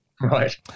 Right